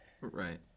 Right